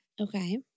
Okay